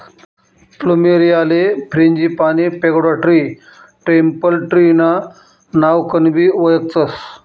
फ्लुमेरीयाले frangipani, pagoda tree, temple tree ना नावकनबी वयखतस